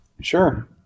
Sure